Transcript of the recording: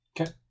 Okay